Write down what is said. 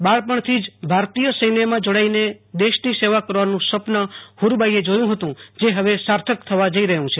બાળપણથી જ ભારતીય સૈન્યમાં જોડાઈને દેશની સેવા કરવાનું સ્વપ્ન ફુરબાઈએ જેણુ હતું જે હવેસાર્થક થવા જઈ રહ્યુ છે